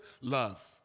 Love